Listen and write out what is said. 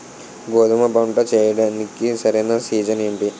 గోధుమపంట వేయడానికి సరైన సీజన్ ఏంటి?